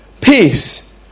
peace